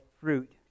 fruit